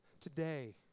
today